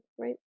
right